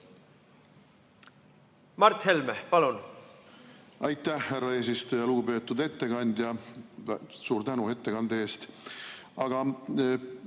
Mart Helme, palun! Aitäh, härra eesistuja! Lugupeetud ettekandja, suur tänu ettekande eest! Aga